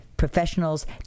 professionals